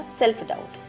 self-doubt